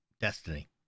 Destiny